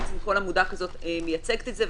כל עמודה כזאת מייצגת את זה,